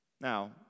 Now